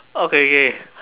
okay K